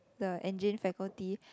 the engine faculty